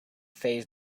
phase